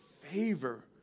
favor